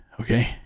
okay